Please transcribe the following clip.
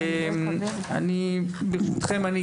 ברשותכם,